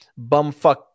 bumfuck